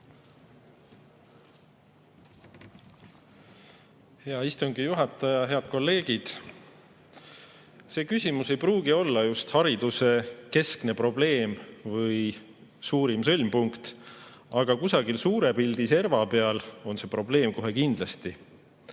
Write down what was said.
Hea istungi juhataja! Head kolleegid! See küsimus ei pruugi olla just hariduse keskne probleem või suurim sõlmpunkt, aga kusagil suure pildi serva peal on see probleem kohe kindlasti.